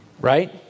right